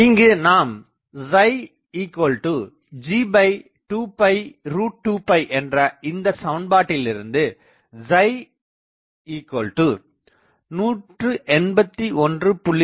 இங்கு நாம் G22 என்ற இந்தச்சமன்பாட்டிலிருந்து 181